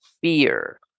fear